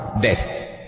death